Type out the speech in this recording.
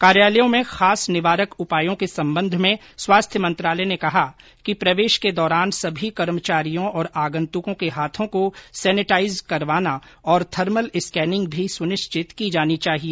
कार्यालयो में खास निवारक उपयों के संबंध में स्वास्थ्य मंत्रालय ने कहा कि प्रवेश के दौरान सभी कर्मचारियों और आगन्तुकों के हाथों को सैनेटाइज करवाना और थर्मल स्कैनिंग भी सुनिश्चित की जानी चाहिए